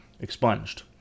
expunged